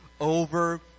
over